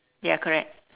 ya correct